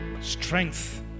Strength